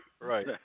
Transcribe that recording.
right